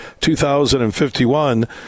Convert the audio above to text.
2051